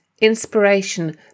inspiration